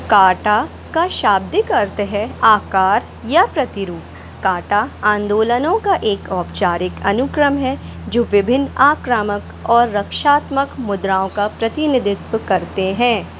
काटा का शाब्दिक अर्थ है आकार या प्रतिरूप काटा आंदोलनों का एक औपचारिक अनुक्रम है जो विभिन्न आक्रामक और रक्षात्मक मुद्राओं का प्रतिनिधित्व करते हैं